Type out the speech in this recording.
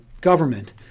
government